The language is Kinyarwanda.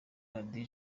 radiyo